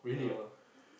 yeah